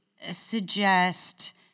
suggest